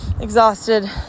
exhausted